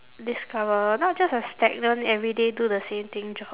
discover not just a stagnant everyday do the same thing job